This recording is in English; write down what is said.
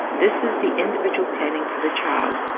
this is the individual planning for the child.